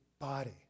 body